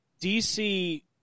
DC